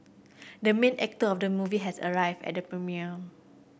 the main actor of the movie has arrived at the premiere